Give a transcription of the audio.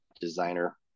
designer